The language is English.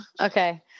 okay